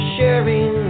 Sharing